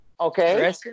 Okay